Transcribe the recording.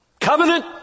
Covenant